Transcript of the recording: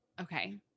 Okay